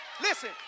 Listen